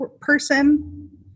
person